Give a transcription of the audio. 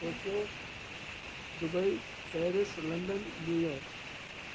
Tokyo Dubai Paris London New York